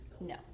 no